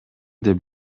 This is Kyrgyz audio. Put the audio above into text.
деп